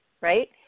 right